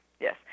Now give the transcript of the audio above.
Yes